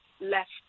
left